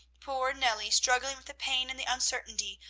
poor nellie, struggling with the pain and the uncertainty,